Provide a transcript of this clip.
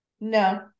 No